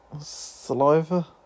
Saliva